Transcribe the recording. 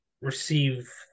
receive